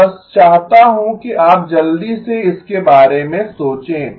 मैं बस चाहता हूं कि आप जल्दी से इसके बारे में सोचें